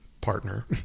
partner